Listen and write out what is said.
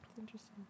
interesting